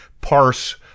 parse